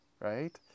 right